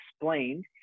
Explained